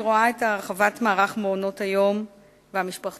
אני רואה את הרחבת מערך מעונות-היום והמשפחתונים